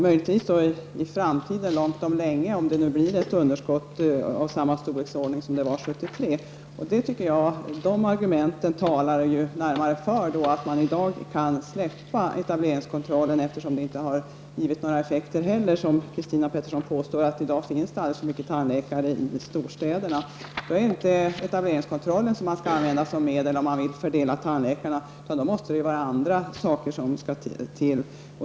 Möjligtvis kan det bli det i framtiden, långt om länge, om vi får ett underskott av samma storleksordning som 1973. Så det argumentet talar närmast för att man i dag kan släppa etableringskontrollen, speciellt som den inte heller har givit några effekter. Christina Pettersson påstår ju att det i dag finns alldeles för många tandläkare i storstäderna. Då är det inte etableringskontroll man skall använda som medel för att fördela tandläkarna, utan det måste till andra saker.